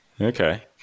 Okay